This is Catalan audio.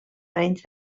arenys